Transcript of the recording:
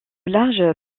larges